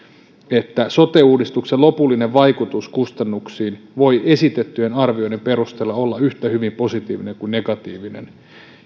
että sote uudistuksen lopullinen vaikutus kustannuksiin voi esitettyjen arvioiden perusteella olla yhtä hyvin positiivinen kuin negatiivinen